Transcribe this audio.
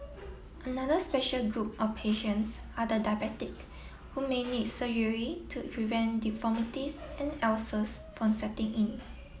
another special group of patients are the diabetic who may need surgery to prevent deformities and ulcers from setting in